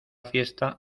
fiesta